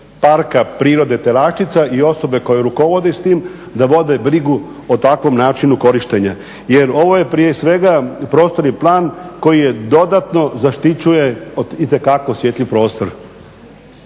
Parka prirode Telašćica i osobe koje rukovode s tim da vode brigu o takvom načinu korištenja jer ovo je prije svega prostorni plan koji dodatno zaštićuje itekako osjetljiv prostor.